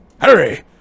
Hurry